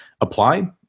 apply